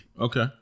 Okay